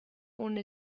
ohne